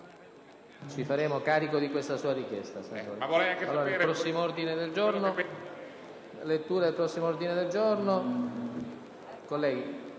Ci faremo carico di questa sua richiesta,